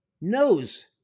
knows